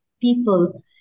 people